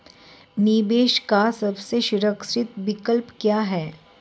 निवेश का सबसे सुरक्षित विकल्प क्या है?